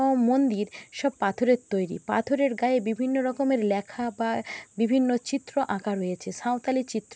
ও মন্দির সব পাথরের তৈরি পাথরের গায়ে বিভিন্ন রকমের লেখা বা বিভিন্ন চিত্র আঁকা রয়েছে সাঁওতালি চিত্র